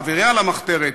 חבריה למחתרת,